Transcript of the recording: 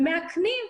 וכן מאכנים,